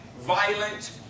violent